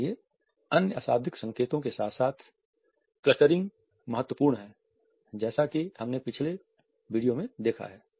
इसलिए अन्य अशाब्दिक संकेतों के साथ क्लस्टरिंग महत्वपूर्ण है जैसा कि हमने पिछले वीडियो में देखा है